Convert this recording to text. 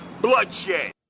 bloodshed